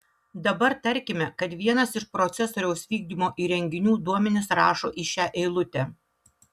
dabar tarkime kad vienas iš procesoriaus vykdymo įrenginių duomenis rašo į šią eilutę